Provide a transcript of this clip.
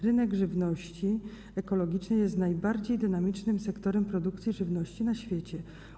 Rynek żywności ekologicznej jest najbardziej dynamicznym sektorem produkcji żywności na świecie.